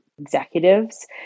executives